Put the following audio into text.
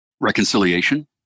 Reconciliation